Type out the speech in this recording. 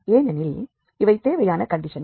ஏனெனில் இவை தேவையான கண்டிஷன்கள்